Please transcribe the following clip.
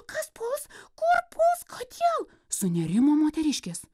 kas puls kur puls kodėl sunerimo moteriškės